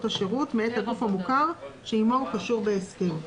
השירות מאת הגוף המוכר שעמו הוא קשור בהסכם.